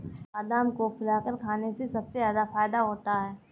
बादाम को फुलाकर खाने से सबसे ज्यादा फ़ायदा होता है